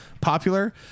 popular